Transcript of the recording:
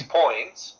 points